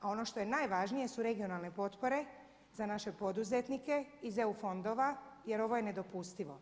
A ono što je najvažnije su regionalne potpore za naše poduzetnike iz EU fondova jer ovo je nedopustivo.